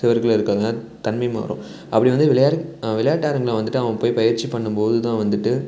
சுவர்கள் இருக்காங்க தன்மை மாறும் அப்படி வந்து விளையா விளையாட்டு அரங்கம் வந்துட்டு அவன் போய் பயிற்சி பண்ணும்போது தான் வந்துட்டு